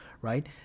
right